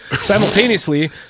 simultaneously